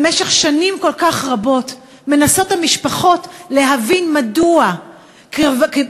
במשך שנים כל כך רבות המשפחות מנסות להבין מדוע קרובי